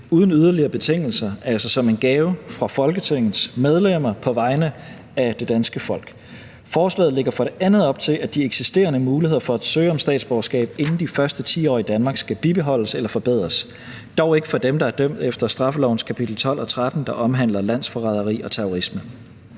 uden yderligere betingelser, altså som en gave fra Folketingets medlemmer på vegne af det danske folk. Forslaget lægger også op til, at de eksisterende muligheder for at søge om statsborgerskab inden de første 10 år i Danmark skal bibeholdes eller forbedres, dog ikke for dem, der er dømt efter straffelovens kapitel 12 og 13, der omhandler landsforræderi og terrorisme.